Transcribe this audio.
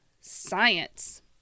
science